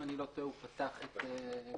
אם אני לא טועה, הוא פתח את ------ לא.